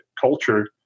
culture